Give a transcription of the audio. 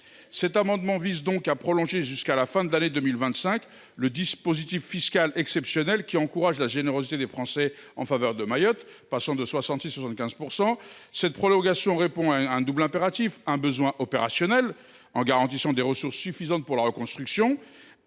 Cet amendement vise donc à prolonger jusqu’à la fin de l’année 2025 le dispositif fiscal exceptionnel, qui encourage la générosité des Français en faveur de Mayotte en portant la réduction d’impôt sur les dons de 66 % à 75 %. Cette prolongation répond à un double impératif : un besoin opérationnel, pour garantir des ressources suffisantes pour la reconstruction